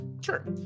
Sure